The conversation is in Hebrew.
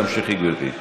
תמשיכי, גברתי.